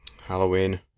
Halloween